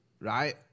right